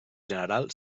general